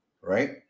right